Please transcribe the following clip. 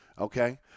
Okay